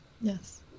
yes